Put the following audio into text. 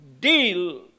deal